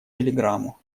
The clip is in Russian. телеграмму